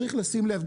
צריך לשים לב.